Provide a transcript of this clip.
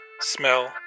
smell